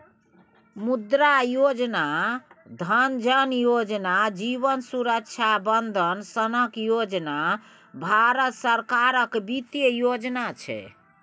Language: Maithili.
मुद्रा योजना, जन धन योजना, जीबन सुरक्षा बंदन सनक योजना भारत सरकारक बित्तीय योजना छै